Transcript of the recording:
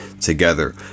together